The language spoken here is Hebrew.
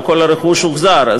לא כל הרכוש הוחזר.